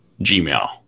Gmail